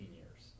years